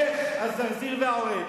אלה הזרזיר והעורב.